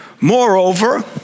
Moreover